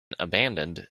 abandoned